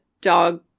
dog